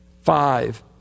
Five